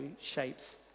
shapes